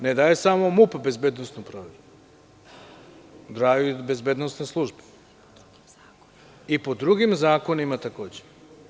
Ne daje samo MUP bezbednosnu proveru, daju i bezbednosne službe, i po drugim zakonima takođe.